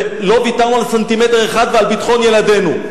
ולא ויתרנו על סנטימטר אחד ועל ביטחון ילדינו.